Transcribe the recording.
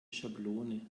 schablone